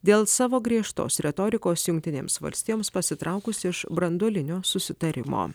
dėl savo griežtos retorikos jungtinėms valstijoms pasitraukus iš branduolinio susitarimo